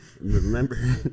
Remember